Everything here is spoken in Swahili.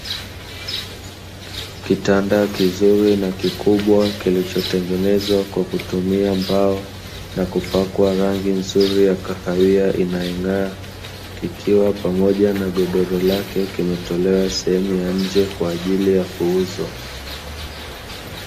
Kitanda kizuri na kikubwa kilichotengenezwa kwa kutumia mbao, na kupakwa rangi nzuri ya kahawia inayong’aa. Kikiwa pamoja na godoro lake kimetolewa sehemu ya nje kwa ajili ya kuuzwa.